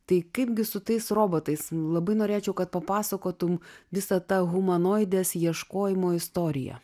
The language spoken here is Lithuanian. tai kaipgi su tais robotais labai norėčiau kad papasakotum visą tą humanoidės ieškojimo istoriją